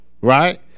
right